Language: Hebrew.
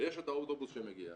ויש את האוטובוס שמגיע,